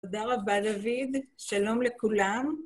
תודה רבה, דוד. שלום לכולם.